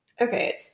okay